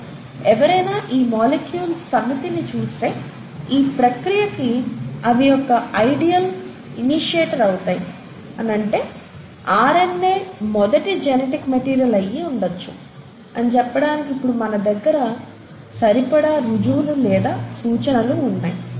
కానీ ఎవరైనా ఏ మాలిక్యూల్స్ సమితి ని చూస్తే ఈ ప్రక్రియ కి అవి ఒక ఐడియల్ ఇనిషియేటర్ అవుతాయి అని అంటే ఆర్ఎన్ఏ మొదటి జెనెటిక్ మెటీరియల్ అయ్యి ఉండవచ్చు అని చెప్పటానికి ఇప్పుడు మన దగ్గర ఇప్పుడు సరిపడా రుజువులు లేదా సూచనలు ఉన్నాయి